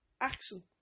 action